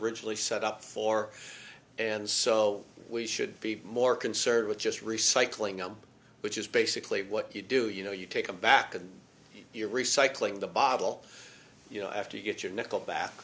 originally set up for and so we should be more concerned with just recycling up which is basically what you do you know you take a back and you're recycling the bottle you know after you get your nickel back